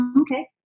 Okay